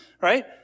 right